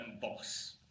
boss